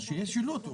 אז שיהיה שילוט.